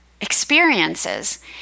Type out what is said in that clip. experiences